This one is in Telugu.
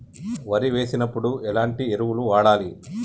వరి వేసినప్పుడు ఎలాంటి ఎరువులను వాడాలి?